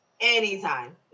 anytime